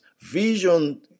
vision